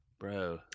Bro